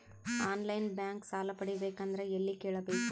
On line bank ಸಾಲ ಪಡಿಬೇಕಂದರ ಎಲ್ಲ ಕೇಳಬೇಕು?